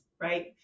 Right